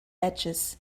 edges